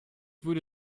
würde